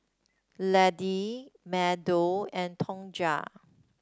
Laddie Meadow and Tonja